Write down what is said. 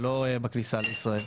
זה לא קרה בכניסה לישראל.